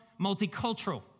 multicultural